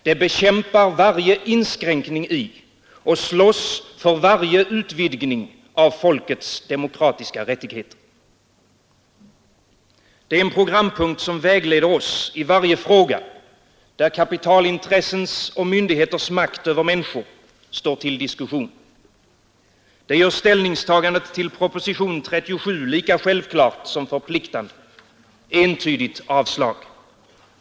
Det bekämpar varje inskränk ning i och slåss för varje utvidgning av folkets demokratiska rättigheter.” Det är en programpunkt som vägleder oss i varje fråga, där kapitalintressens och myndigheters makt över människor står till diskussion. Den gör ställningstagandet till propositionen 37 lika självklart som förpliktande — entydigt avslag.